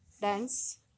dance